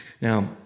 Now